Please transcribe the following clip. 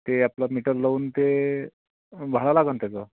ते आपलं मीटर लावून ते भाडं लागन त्याचं